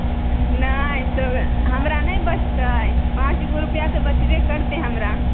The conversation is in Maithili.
नहि तऽ हमरा नहि बचतै पाँचगो रुपैआ तऽ बचबे करतै हमरा